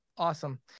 Awesome